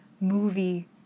movie